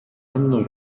anno